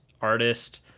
artist